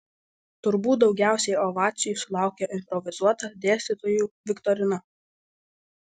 turbūt daugiausiai ovacijų sulaukė improvizuota dėstytojų viktorina